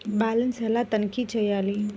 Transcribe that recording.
Balance ఎలా తనిఖీ చేయాలి?